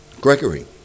Gregory